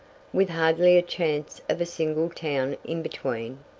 with hardly a chance of a single town in between!